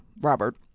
Robert